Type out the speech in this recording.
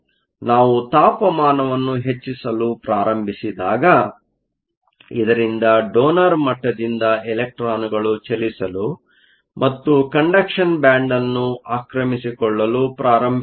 ನಾವು ತಾಪಮಾನವನ್ನು ಹೆಚ್ಚಿಸಲು ಪ್ರಾರಂಭಿಸಿದಾಗ ಇದರಿಂದ ಡೋನರ್Donor ಮಟ್ಟದಿಂದ ಎಲೆಕ್ಟ್ರಾನ್ಗಳು ಚಲಿಸಲು ಮತ್ತು ಕಂಡಕ್ಷನ್ ಬ್ಯಾಂಡ್ ಯಾನ್ನು ಆಕ್ರಮಿಸಿಕೊಳ್ಳಲು ಪ್ರಾರಂಭಿಸುತ್ತವೆ